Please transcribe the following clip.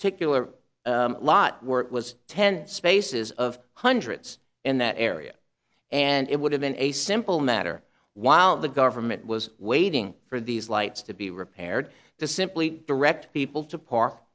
particular lot work was ten spaces of hundreds in that area and it would have been a simple matter while the government was waiting for these lights to be repaired to simply direct people to park